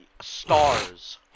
STARS